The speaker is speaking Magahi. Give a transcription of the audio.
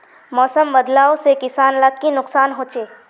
मौसम बदलाव से किसान लाक की नुकसान होचे?